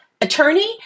attorney